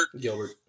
Gilbert